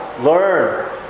learn